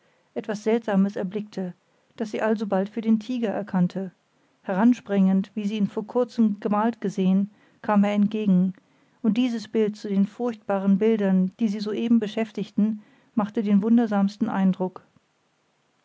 etwas seltsames erblickte das sie alsobald für den tiger erkannte heranspringend wie sie ihn vor kurzem gemalt gesehen kam er entgegen und dieses bild zu den furchtbaren bildern die sie soeben beschäftigten machte den wundersamsten eindruck